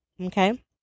okay